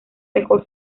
mejor